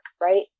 right